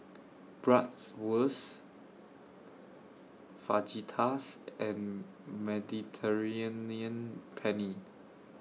Bratwurst Fajitas and Mediterranean Penne